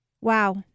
Wow